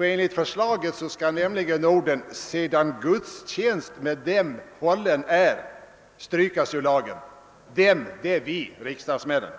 Enligt förslaget skall nämligen orden »sedan gudstjänst med dem hållen är» strykas ur lagen. »Dem» syftar på oss, riksdagsmännen.